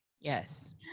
yes